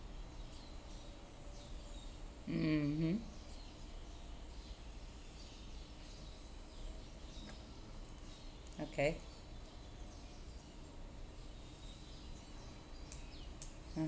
mmhmm okay